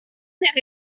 est